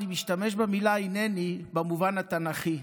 אני משתמש במילה "הינני" במובן התנ"כי,